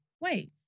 Wait